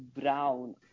brown